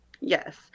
yes